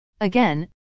Again